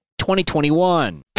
2021